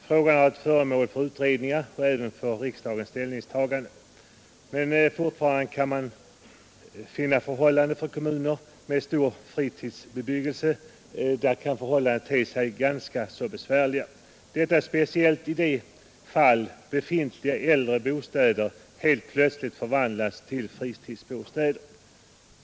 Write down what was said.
Frågan har varit föremål för utredningar och även för riksdagens ställningstagande, men fortfarande är förhållandena för kommuner med stor fritidsbebyggelse ganska besvärliga. Detta gäller speciellt i de fall befintliga äldre bostäder helt plötsligt förvandlas till fritidsbostäder.